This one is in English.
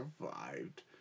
survived